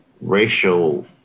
racial